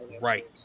right